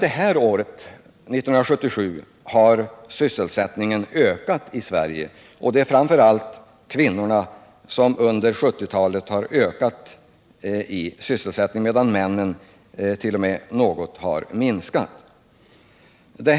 1977 ökade faktiskt sysselsättningen i Sverige. Det var kvinnorna som stod för ökningen. De har ökat i antal på arbetsmarknaden under 1970-talet, medan antalet sysselsatta män har minskat något.